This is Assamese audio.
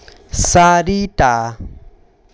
চাৰিটা